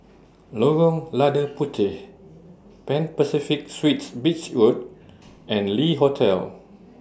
Lorong Lada Puteh Pan Pacific Suites Beach Road and Le Hotel